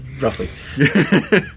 Roughly